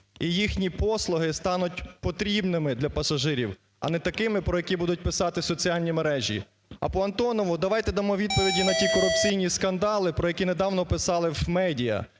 і їхні послуги стануть потрібними для пасажирів, а не такими, про які будуть писати соціальні мережі. А по "Антонову" давайте дамо відповіді на ті корупційні скандали, про які недавно писали в медіа,